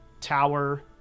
tower